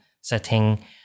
setting